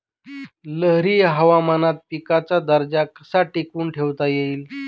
लहरी हवामानात पिकाचा दर्जा कसा टिकवून ठेवता येईल?